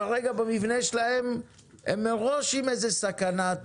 כרגע במבנה שלהם הם מראש עם איזו סכנת